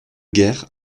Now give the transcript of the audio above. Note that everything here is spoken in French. guerres